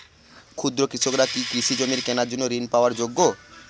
ক্ষুদ্র কৃষকরা কি কৃষি জমি কেনার জন্য ঋণ পাওয়ার যোগ্য?